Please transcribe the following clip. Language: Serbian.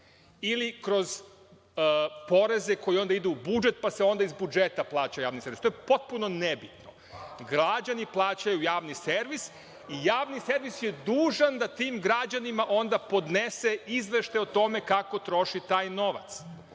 ili kroz poreze koji onda idu u budžet, pa se onda iz budžeta plaća javni servis. To je potpuno nebitno. Građani plaćaju javni servis i javni servis je dužan da tim građanima onda podnese izveštaj o tome kako troši taj novac.